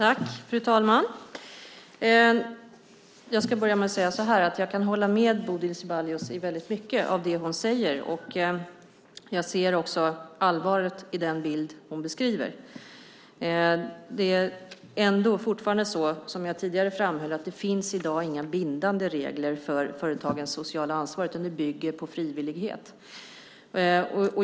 Fru talman! Jag ska börja med att säga att jag kan hålla med Bodil Ceballos i väldigt mycket av det hon säger. Jag ser också allvaret i den bild hon beskriver. Det är fortfarande så, som jag tidigare framhöll, att det inte finns några bindande regler för företagens sociala ansvar i dag, utan det bygger på frivillighet.